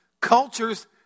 cultures